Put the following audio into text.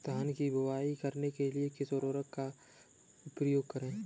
धान की बुवाई करने के लिए किस उपकरण का उपयोग करें?